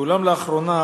ואולם לאחרונה,